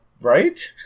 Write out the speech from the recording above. Right